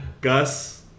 Gus